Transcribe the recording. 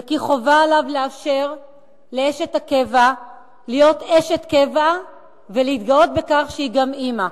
וכי חובה עליו לאפשר לאשת הקבע להיות אשת קבע ולהתגאות בכך שהיא גם אמא.